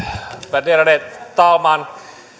värderade talman